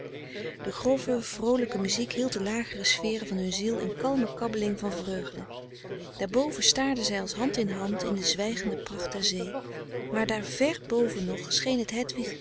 de grove vroolijke muziek hield de lagere sferen van hun ziel in kalme kabbeling van vreugde daarboven staarden zij als hand in hand in de zwijgende pracht der zee maar daar vér boven nog scheen het